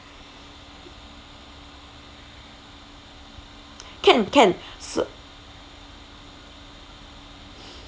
can can so